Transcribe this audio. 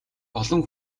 олон